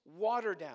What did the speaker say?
Waterdown